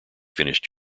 finished